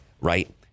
right